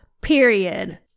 period